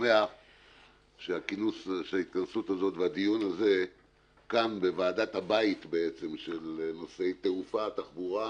שמח שההתכנסות הזאת והדיון הזה כאן בוועדת הבית של נושאי תעופה ותחבורה